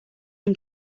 him